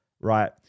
right